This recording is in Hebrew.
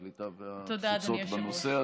הקליטה והתפוצות בנושא הזה.